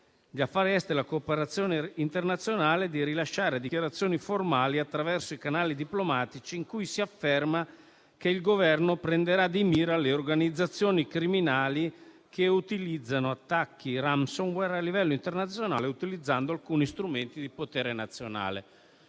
degli affari esteri e della cooperazione internazionale di rilasciare dichiarazioni formali attraverso i canali diplomatici in cui si afferma che il Governo prenderà di mira le organizzazioni criminali che lanciano attacchi *ransomware* a livello internazionale utilizzando alcuni strumenti di potere nazionale.